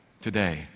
today